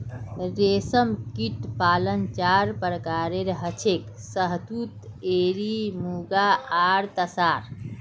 रेशमकीट पालन चार प्रकारेर हछेक शहतूत एरी मुगा आर तासार